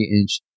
inch